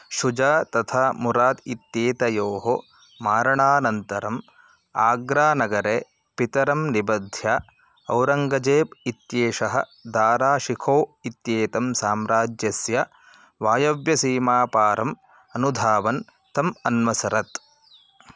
शुजा तथा मुरात् इत्येतयोः मारणानन्तरम् आग्रानगरे पितरं निबध्य औरङ्गजेब् इत्येषः दाराशिखौ इत्येतं साम्राज्यस्य वायव्यसीमापारम् अनुधावन् तम् अन्वसरत्